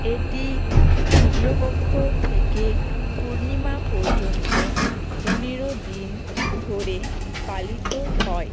এটি শুক্লপক্ষ থেকে পূর্ণিমা পর্যন্ত পনেরো দিন ধরে পালিত হয়